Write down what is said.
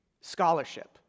scholarship